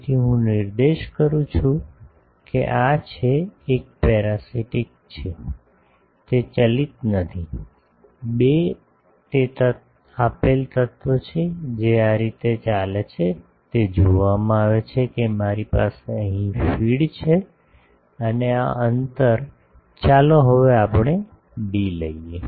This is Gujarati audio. તેથી હું નિર્દેશ કરું છું કે આ છે 1 એક પેરાસિટિક છે તે ચાલિત નથી 2 તે આપેલ તત્વ છે જે આ રીતે ચાલે છે તે જોવામાં આવે છે કે મારી પાસે અહીં ફીડ છે અને આ અંતર ચાલો હવે આપણે ડી લઈએ